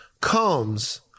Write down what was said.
comes